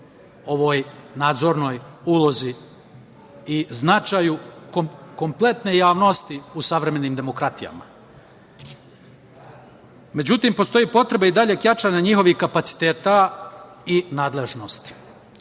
ovoj nadzornoj ulozi i značaju kompletne javnosti u savremenim demokratijama. Međutim, postoji potreba i daljeg jačanja njihovih kapaciteta i nadležnosti. Tu